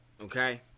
okay